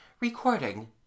Recording